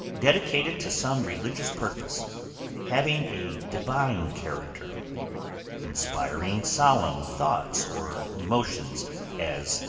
dedicated to some religious purpose having a divine character inspiring solemn thoughts or emotions as,